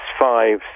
five